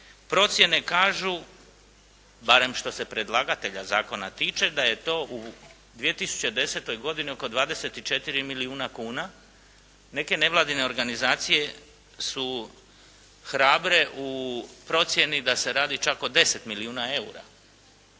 Procjene kažu, barem što se predlagatelja zakona tiče, da ej to u 2010. godini oko 24 milijuna kuna. Neke nevladine organizacije su hrabre u procjeni da se radi čak o 10 milijuna eura.